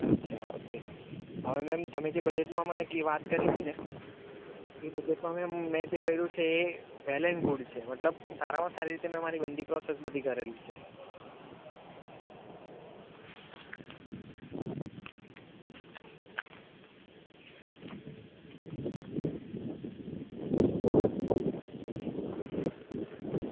અચ્છા ઓકે હવે મેમ તમે જે બજેટમાં મને વાત કરી હતીને એ બજેટમાં મેમ મેં જે કર્યું છે એ વેલ એન્ડ ગુડ છે મતલબ સારામાં સારી રીતે મેં મારી બનતી પ્રોસેસ બધી કરેલી જ છે